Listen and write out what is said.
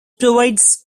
provides